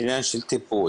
עניין של טיפול.